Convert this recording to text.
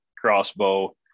crossbow